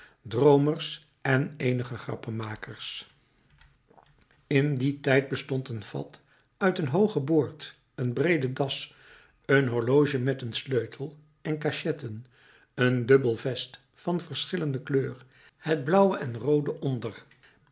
droomers en eenige grappenmakers in dien tijd bestond een fat uit een hoogen boord een breede das een horloge met sleutel en cachetten een dubbel vest van verschillende kleur het blauwe en roode onder